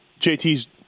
JT's